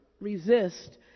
resist